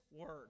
word